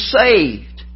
saved